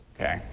Okay